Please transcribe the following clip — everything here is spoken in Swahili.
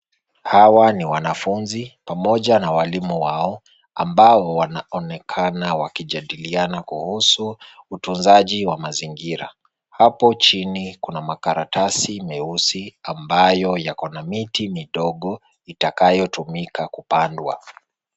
Hawa ni wanafunzi pamoja na walimu wao ambao wanaonekana wakijadiliana kuhusu utunzaji wa mazingira, hapo chini kuna makaratasi meusi ambayo yako na miti midogo itakayo tumika kupandwa.